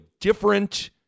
different